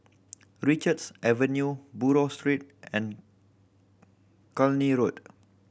Richards Avenue Buroh Street and Cluny Road